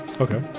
okay